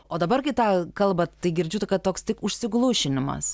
o dabar kai tą kalbat tai girdžiu kad toks tik užsiglušinimas